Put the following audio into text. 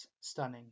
stunning